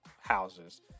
houses